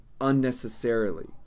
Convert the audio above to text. unnecessarily